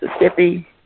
Mississippi